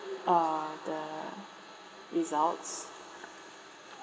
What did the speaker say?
uh the results